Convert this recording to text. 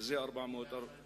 מי גילה לך את זה?